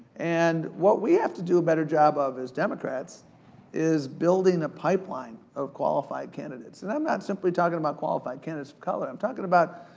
and what we have to do a better job of as democrats is building a pipeline of qualified candidates. and i'm not simply talking about qualified candidates of color, i'm talkin' about,